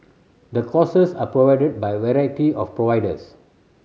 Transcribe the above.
the courses are provided by variety of providers